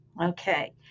Okay